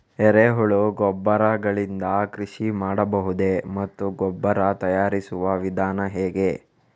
ಎರೆಹುಳು ಗೊಬ್ಬರ ಗಳಿಂದ ಕೃಷಿ ಮಾಡಬಹುದೇ ಮತ್ತು ಗೊಬ್ಬರ ತಯಾರಿಸುವ ವಿಧಾನ ಹೇಗೆ?